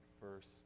first